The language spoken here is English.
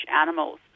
animals